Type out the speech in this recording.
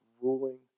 ruling